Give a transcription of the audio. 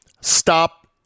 stop